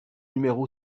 numéro